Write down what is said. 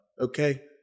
Okay